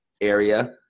area